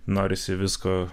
norisi visko